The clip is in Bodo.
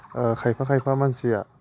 खायफा खायफा मानसिया